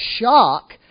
shock